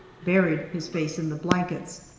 buried his face in the blankets,